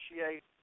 appreciate